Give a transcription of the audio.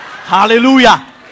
Hallelujah